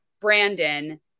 Brandon